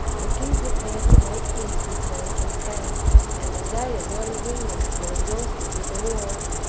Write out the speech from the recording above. the king prepared to make peace with france and spain and as they, as well as england, were exhausted with the wars,